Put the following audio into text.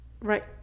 right